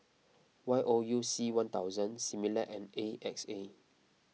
Y O U C one thousand Similac and A X A